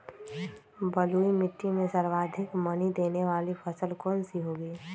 बलुई मिट्टी में सर्वाधिक मनी देने वाली फसल कौन सी होंगी?